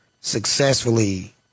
successfully